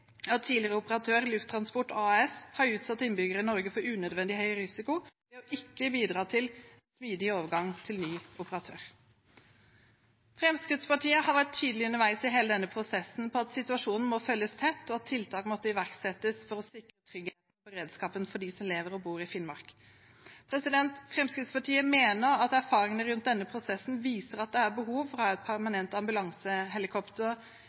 at tidligere operatør, Lufttransport AS, har utsatt innbyggere i Norge for unødvendig høy risiko ved ikke å bidra til smidig overgang til ny operatør. Fremskrittspartiet har underveis i hele denne prosessen vært tydelig på at situasjonen må følges tett, og at tiltak måtte iverksettes for å sikre trygghet i beredskapen for dem som lever og bor i Finnmark. Fremskrittspartiet mener at erfaringene rundt denne prosessen viser at det er behov for å ha et